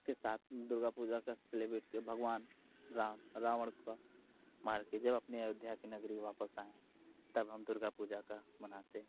के साथ दुर्गा पूजा का सेलिब्रेट के भगवान राम रावण का मार कर जब अपने अयोध्या की नगरी वापस आए तब हम दुर्गा पूजा का मनाते हैं